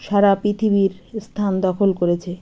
সারা পৃথিবীর স্থান দখল করেছে